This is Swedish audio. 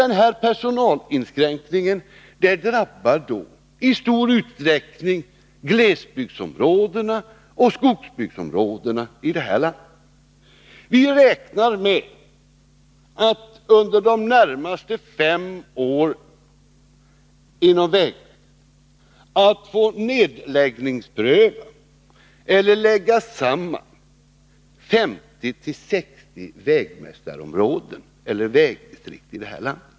Den här personalinskränkningen drabbar då i stor utsträckning glesbygdsområdena och skogsbruksområdena i det här landet. Inom vägverket räknar man med att under de närmaste fem åren få nedläggningspröva eller lägga samman 50-60 vägmästarområden eller vägdistrikt.